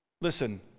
listen